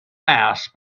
mass